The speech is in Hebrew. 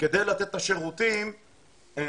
כדי לתת את השירותים לעולים.